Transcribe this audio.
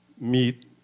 meet